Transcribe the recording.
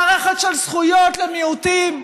מערכת של זכויות למיעוטים,